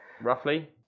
roughly